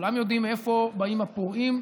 כולם יודעים מאיפה באים הפורעים,